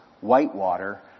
whitewater